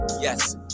yes